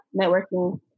networking